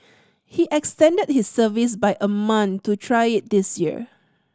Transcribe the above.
he extended his service by a month to try it this year